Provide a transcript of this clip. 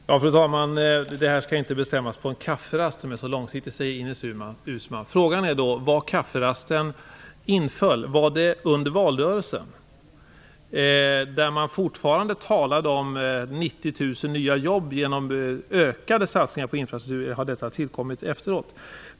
Fru talman! Det här som är så långsiktigt skall inte bestämmas på en kafferast, säger Ines Uusmann. Frågan är när kafferasten inföll. Var det under valrörelsen, där man fortfarande talade om 90 000 nya jobb genom ökade satsningar på infrastrukturen, eller har detta tillkommit efteråt?